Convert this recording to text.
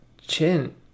chin